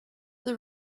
this